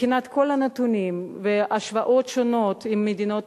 מבחינת כל הנתונים והשוואות שונות עם מדינות